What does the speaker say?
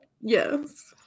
Yes